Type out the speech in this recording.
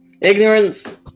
Ignorance